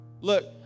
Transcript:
Look